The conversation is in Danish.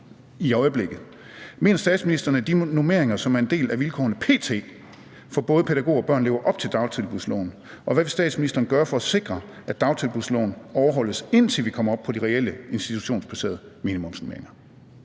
Mener statsministeren, at de normeringer, som er en del af vilkårene p.t. for både pædagoger og børn, lever op til dagtilbudsloven, og hvad vil statsministeren gøre for at sikre, at dagtilbudsloven overholdes, indtil vi kommer op på de reelle institutionsbaserede minimumsnormeringer?